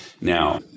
Now